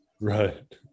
right